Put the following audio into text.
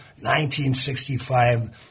1965